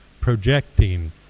projecting